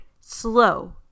slow